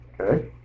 Okay